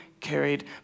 carried